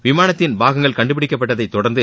விமானத்தின் பாகங்கள் கண்டுபிடிக்கப்பட்டதைத் தொடர்ந்து